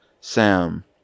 sam